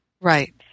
Right